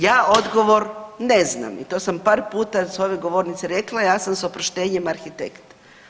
Ja odgovor ne znam i to sam par puta s ove govornice rekla, ja sam, s oproštenjem, arhitekt.